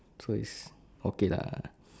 so is okay lah